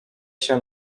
się